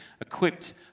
equipped